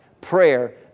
Prayer